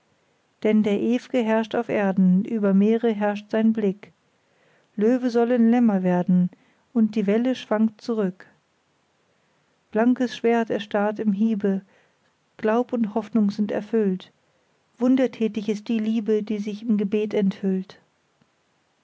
denn der ewge herrscht auf erden über meere herrscht sein blick löwen sollen lämmer werden und die welle schwankt zurück blankes schwert erstarrt im hiebe glaub und hoffnung sind erfüllt wundertätig ist die liebe die sich im gebet enthüllt